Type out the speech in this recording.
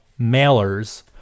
mailers